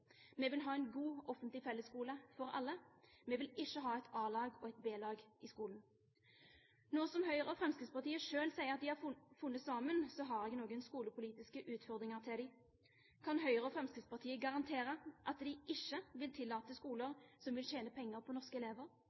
Vi vil ha en god offentlig fellesskole for alle. Vi vil ikke ha et A-lag og et B-lag i skolen. Nå som Høyre og Fremskrittspartiet selv sier at de har funnet sammen, har jeg noen skolepolitiske utfordringer til dem: Kan Høyre og Fremskrittspartiet garantere at de ikke vil tillate skoler som vil tjene penger på norske elever?